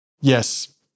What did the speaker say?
yes